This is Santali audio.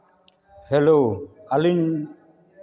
ᱦᱮᱞᱳ ᱟᱹᱞᱤᱧ